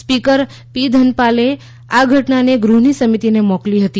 speaker P ધનપાલે આ ઘટનાને ગૃહની સમિતિને મોકલી હતી